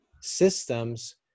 systems